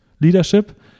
leadership